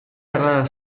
era